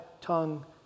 tongue